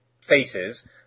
faces